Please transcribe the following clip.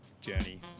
journey